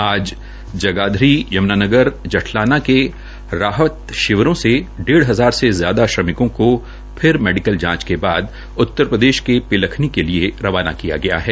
आज जगाधरी यमुनानगर जठलाना के राहत शिविरों से डेढ़ हजार से ज्यादा श्रमिकों को आज फिर मेडिकल जांच के बाद उत्तरप्रदेश के पिलखनी के लिए रवाना किया गया है